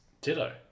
ditto